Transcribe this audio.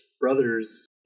brother's